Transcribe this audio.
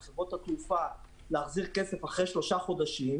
לחברות התעופה, להחזיר כסף אחרי שלושה חודשים,